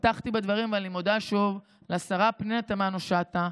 פתחתי בכך ואני מודה שוב לשרה פנינה תמנו שטה,